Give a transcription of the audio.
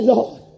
Lord